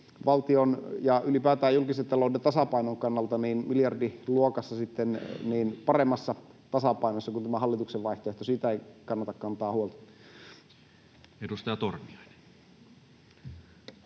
valtion ja ylipäätään julkisen talouden tasapainon kannalta kyllä on miljardiluokassa paremmassa tasapainossa kuin tämä hallituksen vaihtoehto. Siitä ei kannata kantaa huolta. [Speech